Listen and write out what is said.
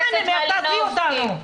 -- אז אנא ממך, תעזבי אותנו.